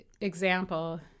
example